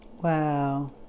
Wow